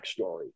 backstory